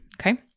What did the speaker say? okay